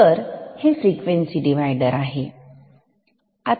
तर हे frequency divider आहे